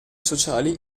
sociali